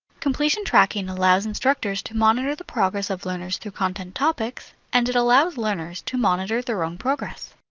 completion tracking allows instructors to monitor the progress of learners through content topics and it allows learners to monitor their own progress.